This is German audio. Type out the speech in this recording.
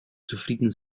zufrieden